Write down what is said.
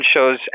shows